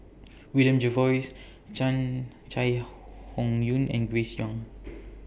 William Jervois Chai Hon Yoong and Grace Young